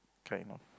kind of